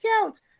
count